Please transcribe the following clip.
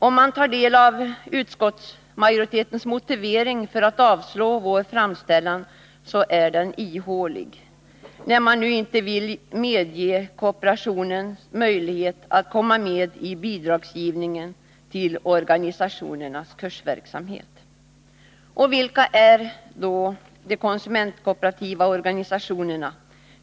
Om man tar del av utskottsmajoritetens motivering för avslag på vår framställan, finner man att den är ihålig, när utskottet nu inte vill medge kooperationen möjlighet att komma med i bidragsgivningen till organisationernas kursverksamhet. Vilka är då de konsumentkooperativa organisationerna?